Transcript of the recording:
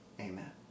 Amen